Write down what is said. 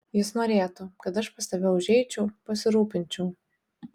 jis norėtų kad aš pas tave užeičiau pasirūpinčiau